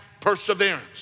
perseverance